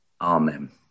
amen